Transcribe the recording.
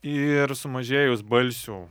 ir sumažėjus balsių